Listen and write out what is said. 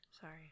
Sorry